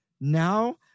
Now